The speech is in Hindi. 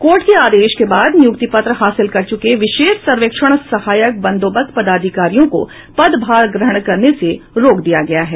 कोर्ट के आदेश के बाद नियुक्ति पत्र हासिल कर चुके विशेष सर्वेक्षण सहायक बंदोबस्त पदाधिकारियों को पदभार ग्रहण करने से रोक दिया गया है